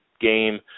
game